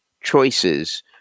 choices